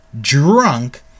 drunk